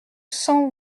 cent